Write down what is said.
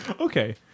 Okay